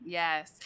yes